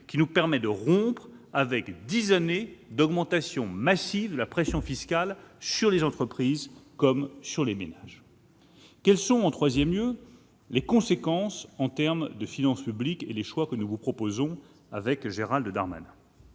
qui nous permet de rompre avec dix ans d'augmentation massive de la pression fiscale sur les entreprises comme sur les ménages. Quelles sont les conséquences en termes de finances publiques des choix que Gérald Darmanin